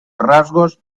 rasgos